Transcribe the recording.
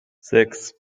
sechs